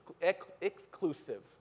exclusive